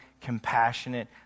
compassionate